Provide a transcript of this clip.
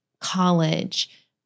college